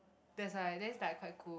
there's like then is like quite cool